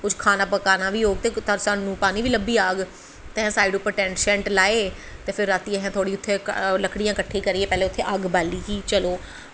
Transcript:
कुछ खाना पकाना बी होग ते सानूं पानी बी लब्भी जाह्ग ते असें साइड़ उप्पर टैंट शैंट लाए ते फिर रातीं पैह्ले असें उत्थै लकड़ियां कट्ठियां करियै उत्थै अग्ग बाली ही चलो